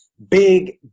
Big